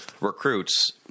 recruits